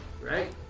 Right